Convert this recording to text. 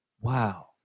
Wow